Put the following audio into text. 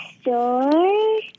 store